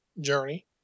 Journey